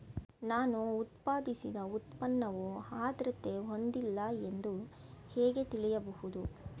ನಾನು ಉತ್ಪಾದಿಸಿದ ಉತ್ಪನ್ನವು ಆದ್ರತೆ ಹೊಂದಿಲ್ಲ ಎಂದು ಹೇಗೆ ತಿಳಿಯಬಹುದು?